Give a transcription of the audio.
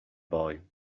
boy